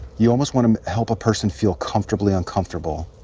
you almost want to help a person feel comfortably uncomfortable.